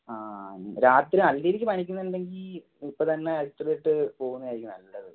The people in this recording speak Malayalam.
ആ രാത്രി നല്ല രീതിയ്ക്ക് പനിക്കുന്നുണ്ടെങ്കിൽ ഇപ്പം തന്നെ പോകുന്നതായിരിക്കും നല്ലത്